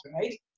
Right